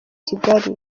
kigali